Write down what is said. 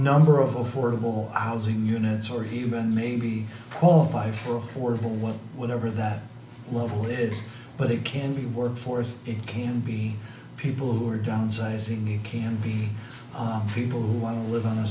number of affordable housing units or human maybe qualify for affordable well whatever that level is but it can be workforce it can be people who are downsizing you can be people who want to live in a